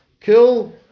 kill